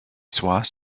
sois